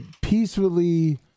peacefully